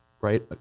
right